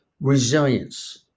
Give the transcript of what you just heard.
resilience